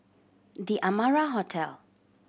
The Amara Hotel